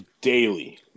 daily